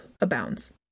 abounds